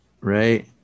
Right